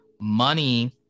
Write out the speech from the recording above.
money